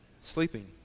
Sleeping